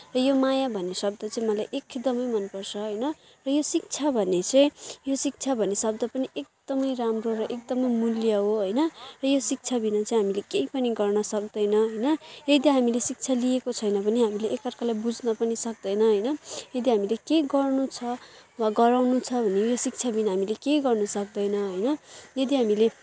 यो माया भन्ने शब्द चाहिँ मलाई एकदमै मनपर्छ होइन र यो शिक्षा भन्ने चाहिँ यो शिक्षा भन्ने शब्द पनि एकदमै राम्रो र एकदमै मूल्य हो होइन र शिक्षा बिना चाहिँ हामीले केही पनि गर्न सक्दैन होइन त्यही त हामीले शिक्षा लिएको छैन भने हामी एक अर्कालाई बुझ्न पनि सक्दैन होइन यदि हामीले केही गर्नु छ वा गराउनु छ भने यो शिक्षा बिना हामीले केही गर्न सक्दैन होइन यदि हामीले